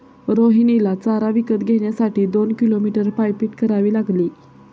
रोहिणीला चारा विकत घेण्यासाठी दोन किलोमीटर पायपीट करावी लागली